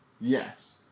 yes